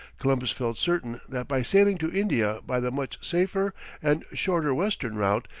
columbus felt certain that by sailing to india by the much safer and shorter western route,